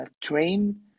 train